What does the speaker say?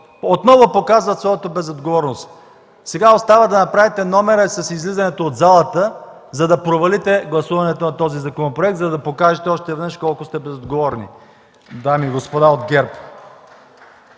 Отново показват своята безотговорност. Сега остава да направите номера с излизането от залата, за да провалите гласуването на този законопроект, за да покажете още веднъж колко сте безотговорни, дами и господа от ГЕРБ.